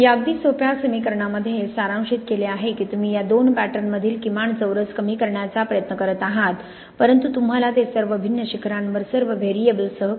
या अगदी सोप्या समीकरणामध्ये हे सारांशित केले आहे की तुम्ही या दोन पॅटर्नमधील किमान चौरस कमी करण्याचा प्रयत्न करत आहात परंतु तुम्हाला ते सर्व भिन्न शिखरांवर सर्व व्हेरिएबल्ससह variables